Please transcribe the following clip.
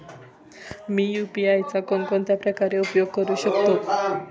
मी UPI चा कोणकोणत्या प्रकारे उपयोग करू शकतो?